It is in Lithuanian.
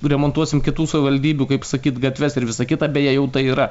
remontuosim kitų savivaldybių kaip sakyt gatves ir visa kita beje jau tai yra